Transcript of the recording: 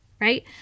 right